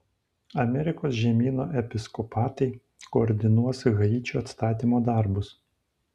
amerikos žemyno episkopatai koordinuos haičio atstatymo darbus